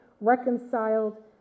reconciled